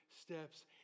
steps